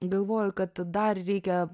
galvoju kad dar reikia